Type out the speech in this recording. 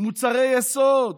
מוצרי יסוד,